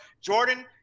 Jordan